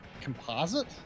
composite